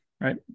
right